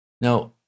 Now